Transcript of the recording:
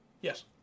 Yes